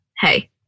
hey